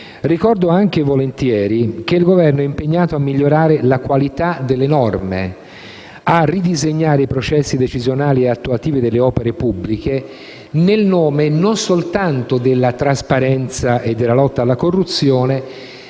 Ricordo volentieri che il Governo è impegnato a migliorare la qualità delle norme, a ridisegnare i processi decisionali e attuativi delle opere pubbliche, e non soltanto nel nome della trasparenza e della lotta alla corruzione